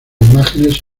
imágenes